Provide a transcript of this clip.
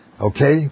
Okay